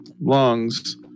lungs